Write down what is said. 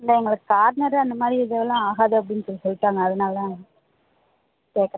இல்லை எங்களுக்கு கார்னரு அந்தமாதிரி இதெல்லாம் ஆகாது அப்படினு சொல் சொல்லிட்டாங்க அதனால தான் கேட்குறேங்க